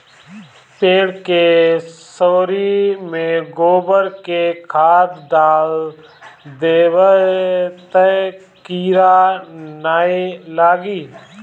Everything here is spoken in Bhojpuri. पेड़ के सोरी में गोबर के खाद डाल देबअ तअ कीरा नाइ लागी